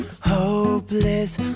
hopeless